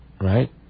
right